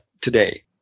today